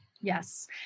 Yes